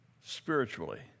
spiritually